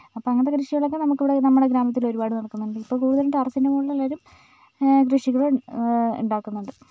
അപ്പം അങ്ങനത്തെ കൃഷികളൊക്കെ നമ്മുക്കിവടെ നമ്മുടെ ഗ്രാമത്തിൽ ഒരുപാട് നടക്കുന്നുണ്ട് ഇപ്പോൾ കൂടുതലും ടെറസിൻ്റെ മുകളിൽ എല്ലാവരും കൃഷികൾ ഉണ്ടാക്കുന്നുണ്ട്